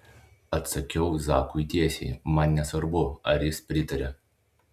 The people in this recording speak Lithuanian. atsakiau zakui tiesiai man nesvarbu ar jis pritaria